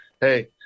hey